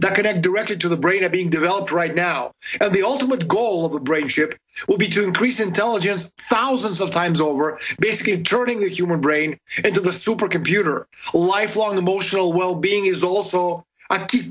that connect directly to the brain are being developed right now the ultimate goal of the brain ship will be to increase intelligence thousands of times over basically turning the human brain into the supercomputer lifelong emotional well being is also keep